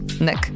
Nick